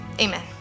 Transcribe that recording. Amen